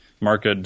marked